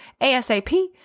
ASAP